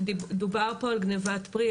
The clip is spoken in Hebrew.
דובר פה על גניבת פרי,